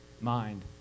mind